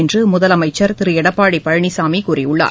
இன்று முதலமைச்சர் திரு எடப்பாடி பழனிசாமி கூறியுள்ளார்